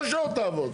לא שלא תעבוד.